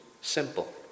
simple